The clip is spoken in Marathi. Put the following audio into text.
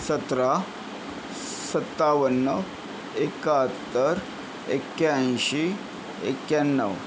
सतरा सत्तावन्न एकाहत्तर एक्याऐंशी एक्याण्णव